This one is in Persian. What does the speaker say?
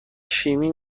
شیمی